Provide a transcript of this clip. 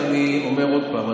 אני אומר עוד פעם,